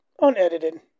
unedited